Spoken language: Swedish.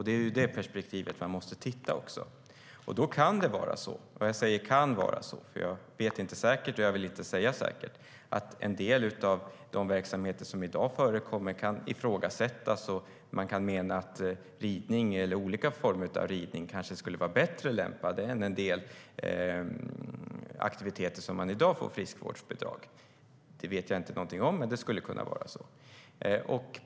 Det är i det perspektivet vi måste se det. Då kan det vara så - jag säger "kan vara" eftersom jag inte vet - att en del av de verksamheter som i dag förekommer kan ifrågasättas och att olika former av ridning kanske skulle vara bättre lämpade än en del aktiviteter som man i dag får friskvårdsbidrag till. Det vet jag inte något om, men det skulle kunna vara så.